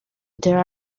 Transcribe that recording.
there